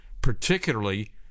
particularly